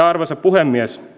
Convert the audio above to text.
arvoisa puhemies